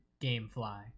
Gamefly